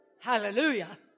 Hallelujah